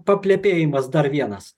paplepėjimas dar vienas